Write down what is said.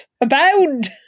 abound